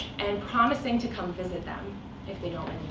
and promising to come visit them if they don't